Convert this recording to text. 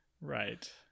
Right